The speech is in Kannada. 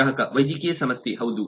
ಗ್ರಾಹಕ ವೈದ್ಯಕೀಯ ಸಮಸ್ಯೆ ಹೌದು